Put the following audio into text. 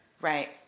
Right